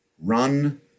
Run